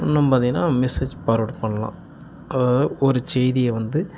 இன்னும் பார்த்திங்கன்னா message forward பண்ணலாம் ஒரு செய்தியை வந்து